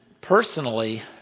personally